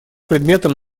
предметом